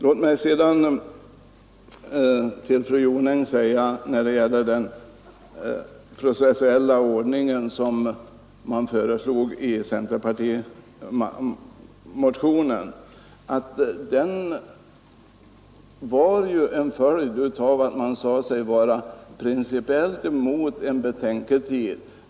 Låt mig sedan till fru Jonäng säga att när det gäller den processuella ordningen, som föreslogs i centerpartimotionen, var den en följd av att man sade sig vara principiellt emot en betänketid.